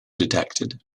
detected